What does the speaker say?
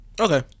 okay